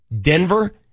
Denver